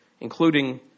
including